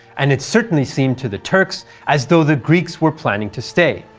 and it certainly seemed to the turks as though the greeks were planning to stay.